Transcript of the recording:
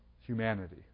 humanity